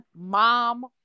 mom